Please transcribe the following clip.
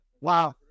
Wow